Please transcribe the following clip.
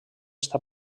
està